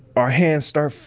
our hands start,